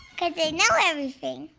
kind of i know everything!